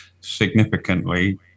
significantly